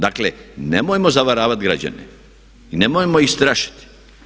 Dakle nemojmo zavaravati građane i nemojmo ih strašiti.